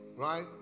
Right